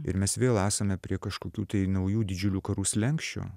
ir mes vėl esame prie kažkokių tai naujų didžiulių karų slenksčio